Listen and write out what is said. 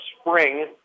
spring